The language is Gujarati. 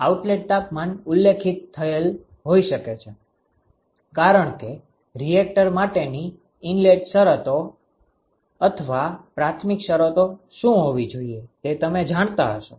આઉટલેટ તાપમાન ઉલ્લેખિત થયેલ હોઈ શકે છે કારણ કે રિએક્ટર માટેની ઇનલેટ શરતો અથવા પ્રારંભિક શરતો શું હોવી જોઈએ તે તમે જાણતા હશો